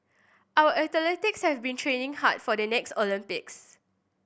our athletes have been training hard for the next Olympics